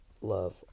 love